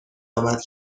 آمد